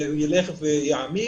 הוא ילך ויעמיק.